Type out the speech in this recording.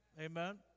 Amen